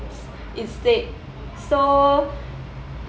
instead so